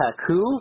Taku